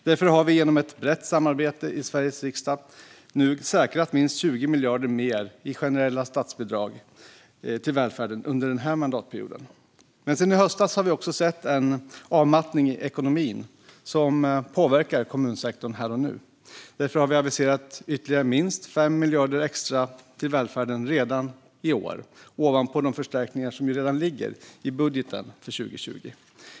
Därför har vi, genom ett brett samarbete i Sveriges riksdag, nu säkrat minst 20 miljarder mer i generella statsbidrag till välfärden under den här mandatperioden. Sedan i höstas har vi dock även sett en avmattning i ekonomin som påverkar kommunsektorn här och nu. Därför har vi aviserat ytterligare minst 5 miljarder extra till välfärden redan i år, ovanpå de förstärkningar som redan ligger i budgeten för 2020.